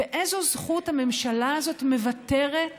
באיזו זכות הממשלה הזאת מוותרת